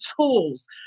tools